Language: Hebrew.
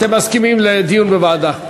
אתם מסכימים לדיון בוועדה.